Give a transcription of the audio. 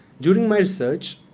during my research,